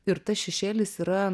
ir tas šešėlis yra